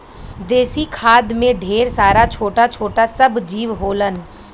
देसी खाद में ढेर सारा छोटा छोटा सब जीव होलन